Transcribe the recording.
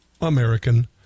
American